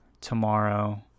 tomorrow